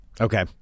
Okay